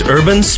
Urban